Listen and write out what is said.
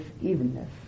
evenness